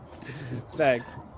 Thanks